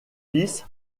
fils